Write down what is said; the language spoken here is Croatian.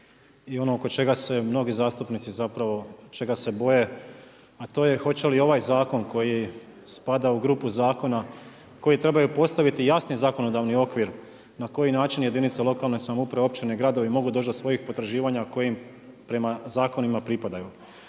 i ono oko čega se mnogi zastupnici zapravo čega se boje, a to je hoće li ovaj zakon koji spada u grupu zakona koji trebaju postaviti jasni zakonodavni okvir na koji način jedinica lokalne samouprave, općine, gradovi, mogu doći do svojih potraživanja kojim prema zakonima pripadaju.